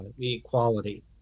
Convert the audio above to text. equality